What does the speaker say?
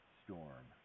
storm